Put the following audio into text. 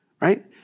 Right